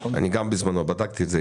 בזמנו גם אני בדקתי את זה.